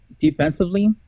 defensively